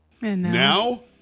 Now